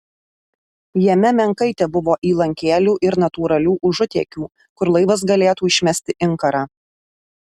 jame menkai tebuvo įlankėlių ir natūralių užutėkių kur laivas galėtų išmesti inkarą